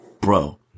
Bro